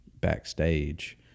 backstage